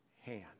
hand